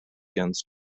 begins